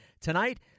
Tonight